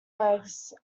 legs